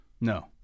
No